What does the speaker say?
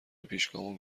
پیشگامان